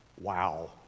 Wow